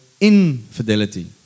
infidelity